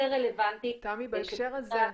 יותר רלוונטית --- בהקשר זה,